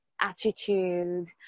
attitude